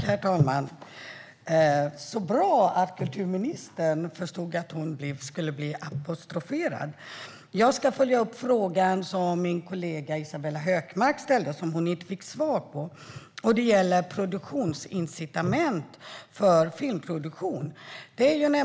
Herr talman! Så bra att kulturministern förstod att hon skulle bli apostroferad. Jag ska följa upp den fråga som min kollega Isabella Hökmark ställde men som hon inte fick svar på och som gäller produktionsincitament för filmproduktion.